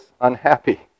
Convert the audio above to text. unhappy